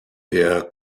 der